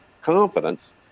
confidence